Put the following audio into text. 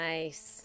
Nice